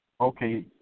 Okay